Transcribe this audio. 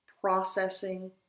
processing